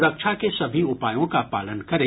सुरक्षा के सभी उपायों का पालन करें